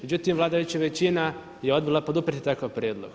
Međutim, vladajuća većina je odbila poduprijeti takav prijedlog.